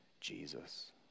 Jesus